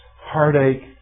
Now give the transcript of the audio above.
Heartache